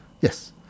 Yes